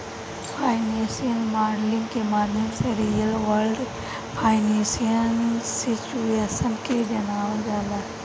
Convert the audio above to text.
financial modelling के माध्यम से रियल वर्ल्ड फाइनेंशियल सिचुएशन के जानल जाला